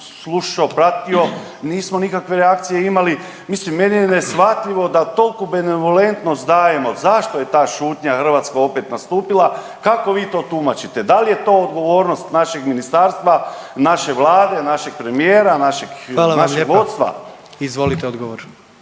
slušao, pratio nismo nikakve reakcije imali. Mislim meni je neshvatljivo da toliku benevolentnost dajemo, zašto je ta šutnja hrvatska opet nastupila? Kako vi to tumačite? Da li je to odgovornost našeg ministarstva, naše vlade, našeg premijera, našeg …/Upadica: Hvala vam lijepa./… vodstva?